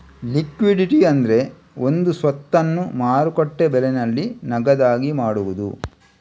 liquidity ಅಂದ್ರೆ ಒಂದು ಸ್ವತ್ತನ್ನ ಮಾರುಕಟ್ಟೆ ಬೆಲೆನಲ್ಲಿ ನಗದಾಗಿ ಮಾಡುದು